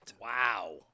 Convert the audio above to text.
Wow